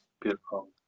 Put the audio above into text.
beautiful